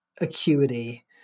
Acuity